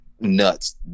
nuts